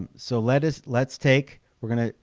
so let us, let's take we're gonna,